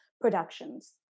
productions